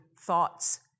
thoughts